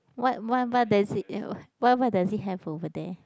what what what does it what what does it have over there